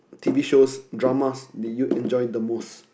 T_V shows dramas do you enjoy the most